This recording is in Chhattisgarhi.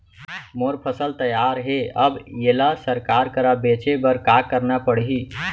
मोर फसल तैयार हे अब येला सरकार करा बेचे बर का करना पड़ही?